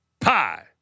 Pie